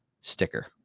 sticker